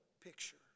picture